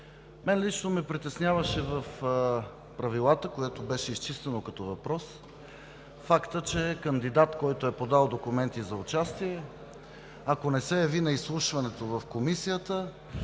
мен лично ме притесняваше фактът, който беше изчистен като въпрос, че кандидат, който е подал документи за участие, ако не се яви на изслушването в Комисията,